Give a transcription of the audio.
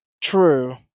True